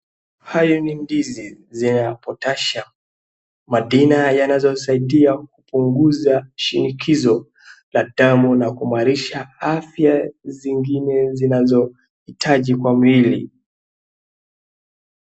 Hayo ni ndizi za (cs) potassium (cs). Madina yanazosaidia kuuguza shinikizo la damu na kumarisha afya zingine zinazohitaji Kwa miili.